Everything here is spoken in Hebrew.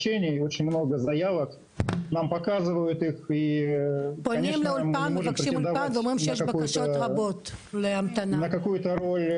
אולפן ואומרים שיש בקשות רבות בהמתנה.